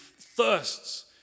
thirsts